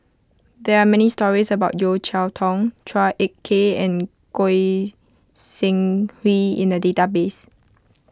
there are many stories about Yeo Cheow Tong Chua Ek Kay and Goi Seng Hui in the database